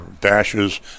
dashes